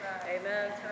Amen